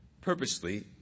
purposely